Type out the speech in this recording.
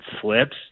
slips